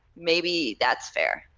maybe that's fair.